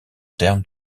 termes